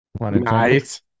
Nice